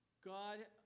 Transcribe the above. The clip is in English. God